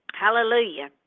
Hallelujah